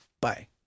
Bye